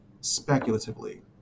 speculatively